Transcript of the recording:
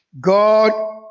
God